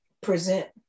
present